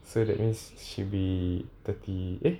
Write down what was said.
so that means she be thirty eh